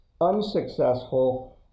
unsuccessful